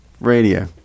radio